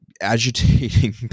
agitating